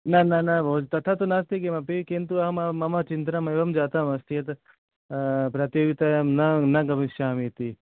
न न न भवान् तथा तु नास्ति किमपि किन्तु आम् अहं मम चिन्तनमेवं जातमस्ति यत् प्रतियोगितायां न न गमिष्यामि इति